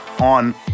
on